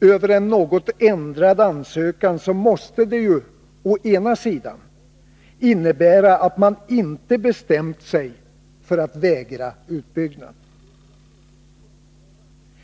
på en något ändrad ansökan, så måste det ju å ena sidan innebära att man inte bestämt sig för att vägra utbyggnad.